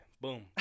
Boom